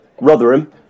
Rotherham